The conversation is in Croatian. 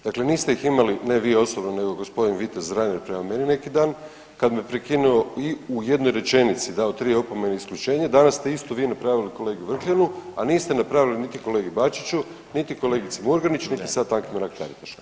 Dakle, niste ih imali ne vi osobno nego gospodin vitez Reiner prema meni neki dan kad me prekinuo i u jednoj rečenici dao 3 opomene i isključenje, danas ste isto vi napravili kolegi Vrkljanu, a niste napravili niti kolegi Bačiću, niti kolegici Murganić, niti sad Anki Mrak Taritaš.